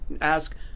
ask